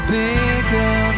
bigger